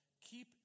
keep